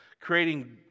creating